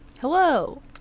Hello